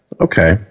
Okay